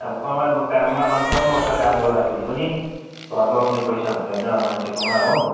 अब कमानको काममा अन्ठाउन्न वर्ष काम गर्दा पनि घर बनाउने पैसा हुँदैन मान्छेकोमा हो